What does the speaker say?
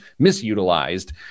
misutilized